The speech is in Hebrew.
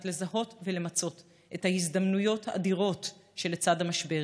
לזהות ולמצות את ההזדמנויות האדירות שלצד המשבר,